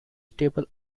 stable